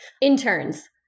interns